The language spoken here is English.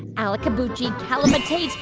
alaka-buchi, kalabatate,